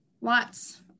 Lots